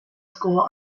school